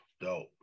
dope